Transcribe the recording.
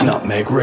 Nutmeg